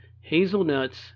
hazelnuts